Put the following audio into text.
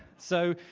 so,